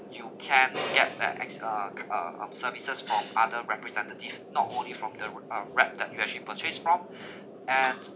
you can get the ex~ uh uh um services from other representative not only from the r~ uh rep that you actually purchased from and